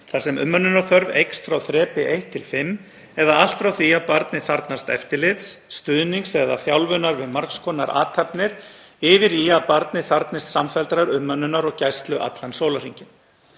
þar sem umönnunarþörf eykst frá þrepi 1–5 eða allt frá því að barnið þarfnast eftirlits, stuðnings eða þjálfunar við margs konar athafnir yfir í að barnið þarfnist samfelldrar, umönnunar og gæslu allan sólarhringinn.